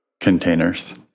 containers